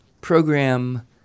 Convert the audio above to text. program